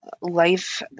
life